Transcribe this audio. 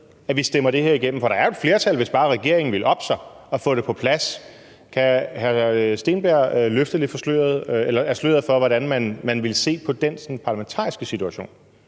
at vi stemmer det her igennem? For der er jo et flertal, hvis bare regeringen ville oppe sig og få det på plads. Kan hr. Steenberg løfte lidt af sløret for, hvordan man vil se på den parlamentariske situation?